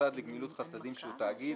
שבמוסד לגמילות חסדים שהוא תאגיד,